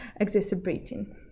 exacerbating